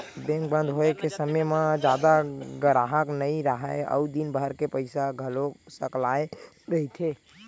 bank बंद होए के समे म जादा गराहक नइ राहय अउ दिनभर के पइसा घलो सकलाए रहिथे